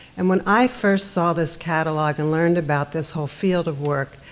and when i first saw this catalogue, and learned about this whole field of work,